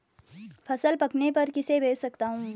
फसल पकने पर किसे बेच सकता हूँ?